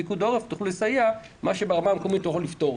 פיקוד העורף תוכלו לסייע כאשר את מה שברמה המקומית לא יוכלו לפתור.